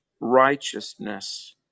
righteousness